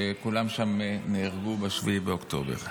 שכולם שם נהרגו ב-7 באוקטובר.